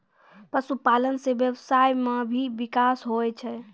पशुपालन से व्यबसाय मे भी बिकास हुवै छै